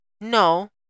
No